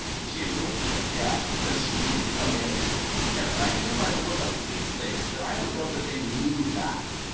and she, of course, was like, yeah. now and she didn't come in and i knew by the look on steve's face that i don't know that they knew that.